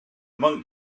monk